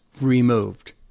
removed